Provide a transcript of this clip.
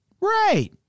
Right